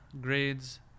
grades